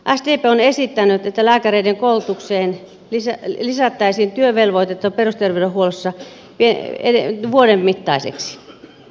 sdp on esittänyt että lääkäreiden koulutukseen liittyvä työvelvoite perusterveydenhuollossa pidennetään vuoden mittaiseksi